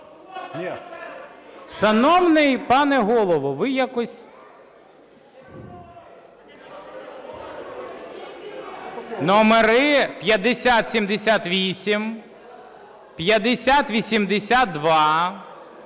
Шановний пане голово, ви якось… Номери 5078, 5082,